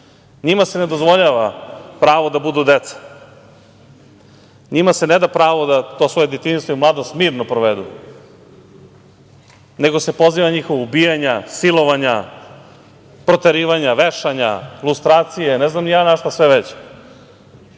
se ne dozvoljava pravo da budu deca. Njima se ne da pravo da to svoje detinjstvo i mladost mirno provedu, nego se poziva na njihova ubijanja, silovanja, proterivanja, vešanja, frustracije, ne znam ni ja na šta sve već. Kako